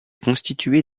constitué